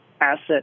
asset